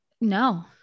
No